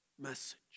message